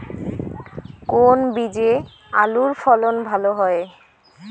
কোন বীজে আলুর ফলন ভালো হয়?